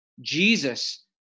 Jesus